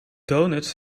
donuts